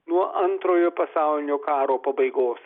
nuo antrojo pasaulinio karo pabaigos